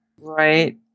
Right